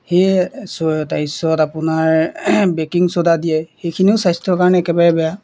সেয়ে চ' তাৰপিছত আপোনাৰ বেকিং চ'দা দিয়ে সেইখিনিও স্বাস্থ্যৰ কাৰণে একেবাৰে বেয়া